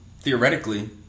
theoretically